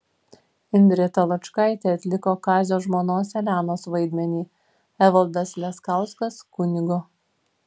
indrė taločkaitė atliko kazio žmonos elenos vaidmenį evaldas leskauskas kunigo